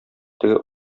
теге